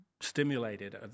stimulated